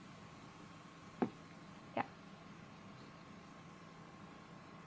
yup